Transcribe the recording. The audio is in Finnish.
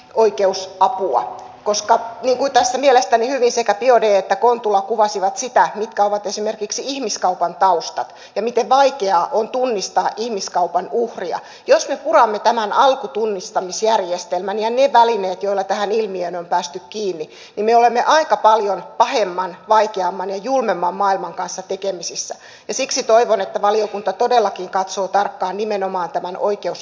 niin kuin tässä mielestäni hyvin sekä biaudet että kontula kuvasivat sitä mitkä ovat esimerkiksi ihmiskaupan taustat ja miten vaikeaa on tunnistaa ihmiskaupan uhria niin jos me puramme tämän alkutunnistamisjärjestelmän ja ne välineet joilla tähän ilmiöön on päästy kiinni niin me olemme aika paljon pahemman vaikeamman ja julmemman maailman kanssa tekemisissä ja siksi toivon että valiokunta todellakin katsoo tarkkaan nimenomaan tämän oikeusapupuolen